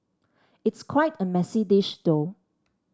it's quite a messy dish though